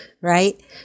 right